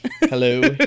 Hello